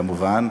כמובן.